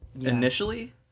initially